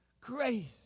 Grace